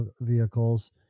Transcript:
vehicles